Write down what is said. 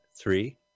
Three